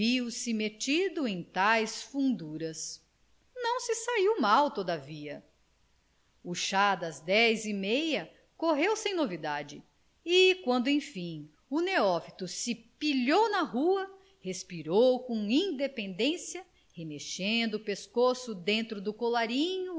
viu-se metido em tais funduras não se saiu mal todavia o chá das dez e meia correu sem novidade e quando enfim o neófito se pilhou na rua respirou com independência remexendo o pescoço dentro do colarinho